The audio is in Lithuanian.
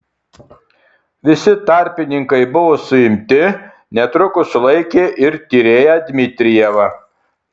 visi tarpininkai buvo suimti netrukus sulaikė ir tyrėją dmitrijevą